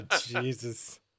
Jesus